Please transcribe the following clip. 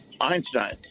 Einstein